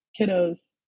kiddos